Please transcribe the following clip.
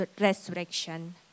resurrection